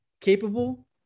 capable